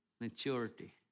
maturity